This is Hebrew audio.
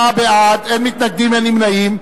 54 בעד, אין מתנגדים, אין נמנעים.